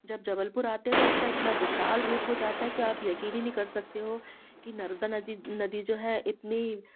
जब जबलपुर आते हैं तो उसका इतना विशाल रूप हो जाता है कि आप यकीन ही नहीं कर सकते हो की नर्मदा नदी जो है इतनी